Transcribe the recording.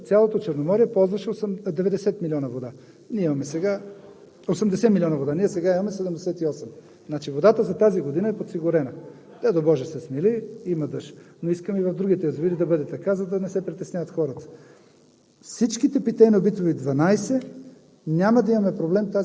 изключвам язовир „Ясна поляна“ и на Девня изворите, но цялото Черноморие ползваше 80 милиона вода. Ние сега имаме 78. Водата за тази година е подсигурена. Дядо Боже се смили – има дъжд. Но искам и в другите язовири да бъде така, за да не се притесняват хората.